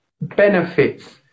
benefits